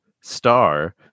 star